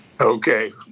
Okay